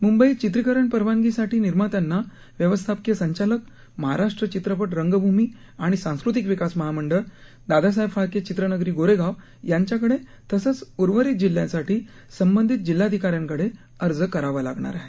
मुंबईत चित्रीकरण परवानगीसाठी निर्मात्यांना व्यवस्थापकीय संचालक महाराष्ट्र चित्रपट रंगभूमी आणि सांस्कृतिक विकास महामंडळ दादासाहेब फाळके चित्रनगरी गोरेगाव यांच्याकडे तसेच उर्वरित जिल्ह्यांसाठी संबंधित जिल्हाधिकाऱ्यांकडे अर्ज करावा लागणार आहे